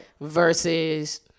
Versus